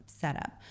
Setup